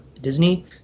Disney